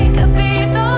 capito